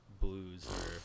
blues